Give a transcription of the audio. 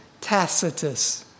Tacitus